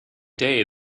day